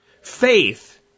Faith